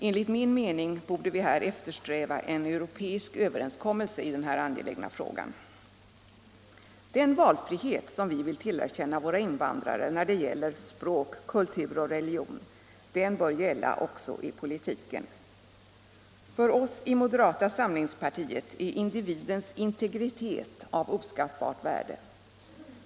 Enligt min mening borde vi här eftersträva en europeisk överenskommelse i denna angelägna fråga. Den valfrihet som vi vill tillerkänna våra invandrare när det gäller språk, kultur och religion bör gälla också i politiken. För oss i moderata samlingspartiet är individens integritet av oskattbart värde.